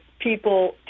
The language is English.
people